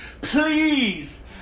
Please